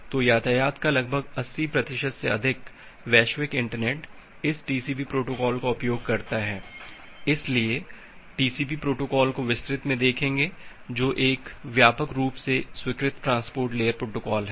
तो यातायात का लगभग 80 प्रतिशत से अधिक वैश्विक इंटरनेट इस टीसीपी प्रोटोकॉल का उपयोग करता है इसलिए टीसीपी प्रोटोकॉल को विस्तृत में देखेंगे जो एक व्यापक रूप से स्वीकृत ट्रांसपोर्ट लेयर प्रोटोकॉल है